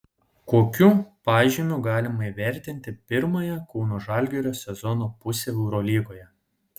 kokiu pažymiu galima įvertinti pirmąją kauno žalgirio sezono pusę eurolygoje